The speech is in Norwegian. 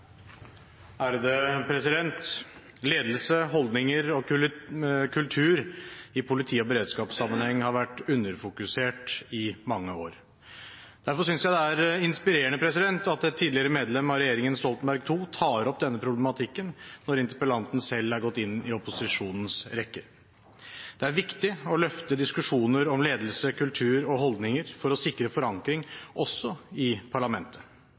Ledelse, holdninger og kultur i politi- og beredskapssammenheng har vært underfokusert i mange år. Derfor synes jeg det er inspirerende at et tidligere medlem av regjeringen Stoltenberg II tar opp denne problematikken, når interpellanten selv er gått inn i opposisjonens rekker. Det er viktig å løfte diskusjoner om ledelse, kultur og holdninger for å sikre forankring også i parlamentet.